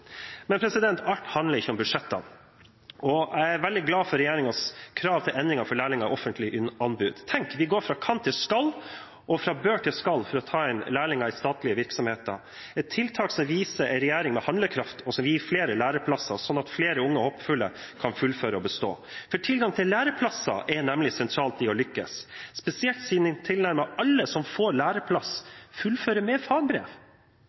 alt handler ikke om budsjettene. Jeg er veldig glad for regjeringens krav til endringer for lærlinger i offentlige anbud. Tenk, vi går fra «kan» til «skal» og fra «bør» til «skal» for å ta inn lærlinger i statlige virksomheter, et tiltak som viser en regjering med handlekraft, og som vil gi flere læreplasser, sånn at flere unge håpefulle kan fullføre og bestå. Tilgang til læreplasser er nemlig sentralt i å lykkes, spesielt siden tilnærmet alle som får læreplass, fullfører med fagbrev.